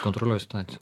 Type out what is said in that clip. kontroliuoja situaciją